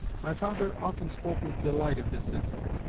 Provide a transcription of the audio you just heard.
my father often spoke with delight of this incident.